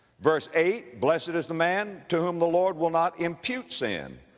verse eight, blessed is the man to whom the lord will not impute sin.